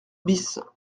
bis